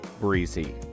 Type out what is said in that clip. breezy